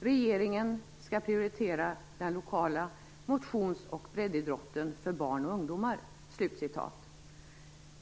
"Regeringen skall prioritera den lokala motions och breddidrotten för barn och ungdomar."